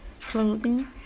clothing